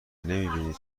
بینی